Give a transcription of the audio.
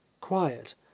quiet